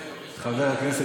יש לך מזל,